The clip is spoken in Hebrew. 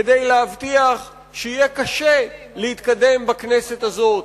כדי להבטיח שיהיה קשה להתקדם בכנסת הזאת,